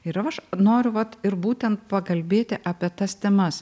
ir aš noriu vat ir būtent pakalbėti apie tas temas